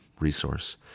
resource